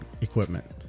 equipment